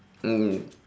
mm